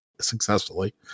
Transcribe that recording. successfully